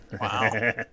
Wow